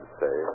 say